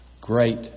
great